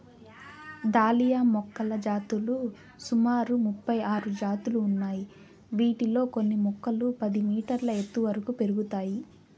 dahlia మొక్కల జాతులు సుమారు ముపై ఆరు జాతులు ఉన్నాయి, వీటిలో కొన్ని మొక్కలు పది మీటర్ల ఎత్తు వరకు పెరుగుతాయి